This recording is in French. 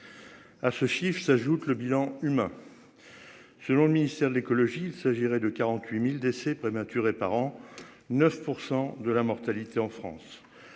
À ce chiffre s'ajoute le bilan humain. Selon le ministère de l'Écologie. Il s'agirait de 48.000 décès prématurés par an 9% de la mortalité en France.